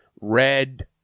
red